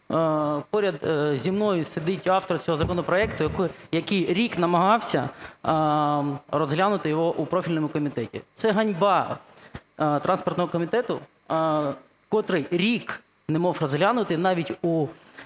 Поряд зі мною сидить автор цього законопроекту, який рік намагався розглянути його у профільному комітеті. Це ганьба транспортного комітету, котрий рік не міг розглянути навіть у